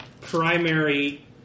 primary